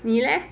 你 leh